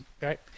right